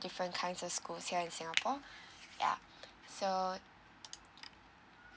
different kind of schools here in singapore ya so